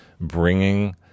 bringing